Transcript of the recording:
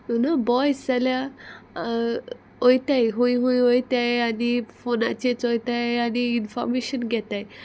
U न्हू बोय जाल्यार वोयताय हूय हूंय वोयताय आनी फोनाचेरच चोयताय आनी इनफोर्मेशन घेताय